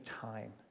time